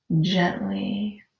gently